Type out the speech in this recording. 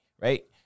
right